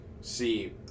see